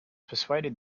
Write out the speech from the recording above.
persuaded